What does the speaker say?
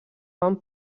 van